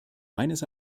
meines